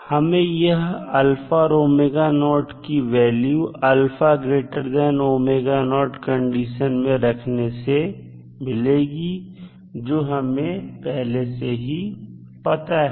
हमें यह और की वैल्यू कंडीशन में रखने से मिलेगी जो हमें पहले से ही पता है